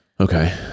Okay